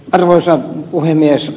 arvoisa puhemies